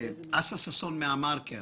אסא ששון מה"דה מרקר"